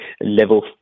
level